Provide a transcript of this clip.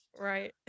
Right